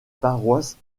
paroisses